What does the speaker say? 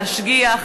להשגיח,